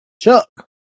Chuck